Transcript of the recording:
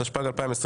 התשפ"ג 2023